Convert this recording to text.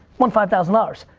won five thousand dollars.